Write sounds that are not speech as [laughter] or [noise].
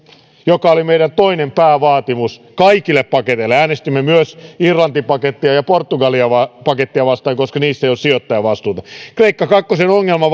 joka oli meidän toinen päävaatimuksemme kaikille paketeille äänestimme myös irlanti pakettia ja portugali pakettia vastaan koska niissä ei ole sijoittajavastuuta kreikka kakkosen ongelma [unintelligible]